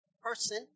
person